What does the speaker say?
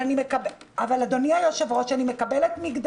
אבל אם בא יזם והוא לא יכול לקבל היתר